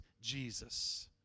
Jesus